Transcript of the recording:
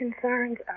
concerns